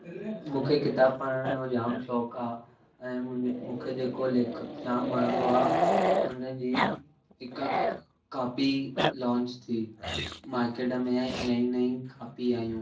मूंखे किताबु पढ़ण जो जाम शौक़ु आहे ऐं मुंहिंजे मूंखे जेको लेखक जाम वणंदो आहे उन जी हिकु कॉपी लॉन्च थी मार्केट में नई नई कॉपी आहियूं